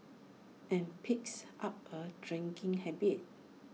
and picks up A drinking habit